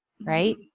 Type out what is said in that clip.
right